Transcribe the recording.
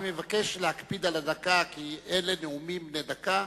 אני מבקש להקפיד על הדקה, כי אלה נאומים בני דקה.